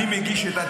אני אומרת לך מניסיון,